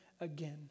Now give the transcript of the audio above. again